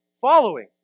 following